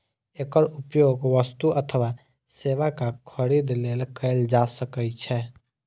एकर उपयोग वस्तु अथवा सेवाक खरीद लेल कैल जा सकै छै